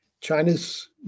China's